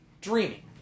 dreaming